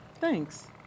Thanks